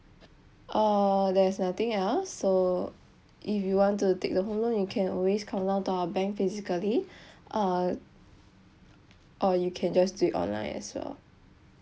uh there's nothing else so if you want to take the home loan you can always come down to our bank physically uh or you can just do it online as well